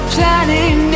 Planning